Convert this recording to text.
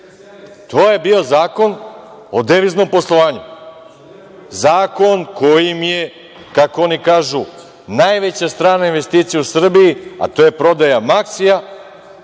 To je bio Zakon o deviznom poslovanju. Zakon kojim je, kako oni kažu, najveća strana investicija u Srbiji, a to je prodaja „Maksija“,